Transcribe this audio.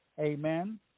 Amen